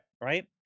Right